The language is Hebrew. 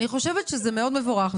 אני חושבת שזה מאוד מבורך.